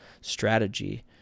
strategy